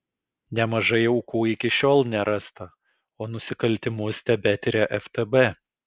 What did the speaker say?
nemažai aukų iki šiol nerasta o nusikaltimus tebetiria ftb